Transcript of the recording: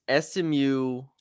SMU